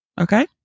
Okay